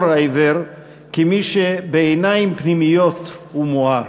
העיוור כמי שבעיניים פנימיות הוא מואר.